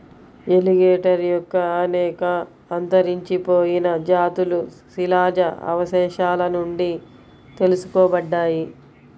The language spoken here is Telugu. ఎలిగేటర్ యొక్క అనేక అంతరించిపోయిన జాతులు శిలాజ అవశేషాల నుండి తెలుసుకోబడ్డాయి